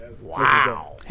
Wow